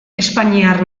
espainiar